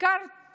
ונזכרתי